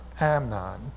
Amnon